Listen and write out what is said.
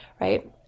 right